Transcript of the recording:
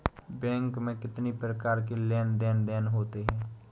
Bank में कितनी प्रकार के लेन देन देन होते हैं?